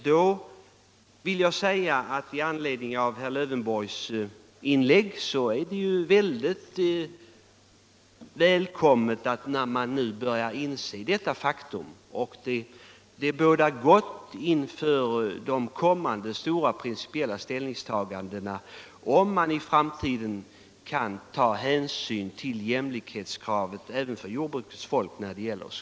Då är det mycket välkommet om man nu börjar inse att det brister i jämlikhet, och det framgick ju av herr Lövenborgs inlägg. Det bådar gott för de kommande stora principiella ställningstagandena, Nr 106 om man i framtiden tar hänsyn till jämlikhetskravet även för jordbrukets